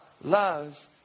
loves